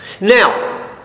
Now